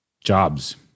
jobs